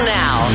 now